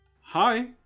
Hi